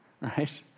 right